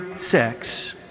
sex